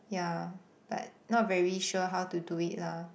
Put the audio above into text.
yeah but not very sure how to do it lah